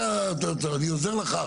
אני עוזר לך.